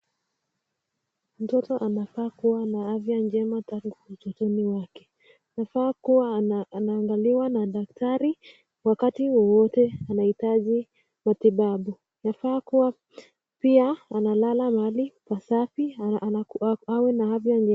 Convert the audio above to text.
Mtoto anafaa kuwa na afya njema tangu utotoni mwake, anafaa kuwa anaangaliwa na daktari wakati wowote anahitaji matibabu, yafaa kuwa pia analala mahali pasafi, awe na afya...